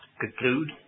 conclude